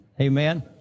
amen